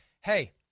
hey